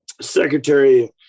Secretary